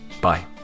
bye